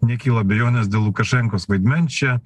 nekyla abejonės dėl lukašenkos vaidmens čia